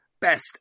best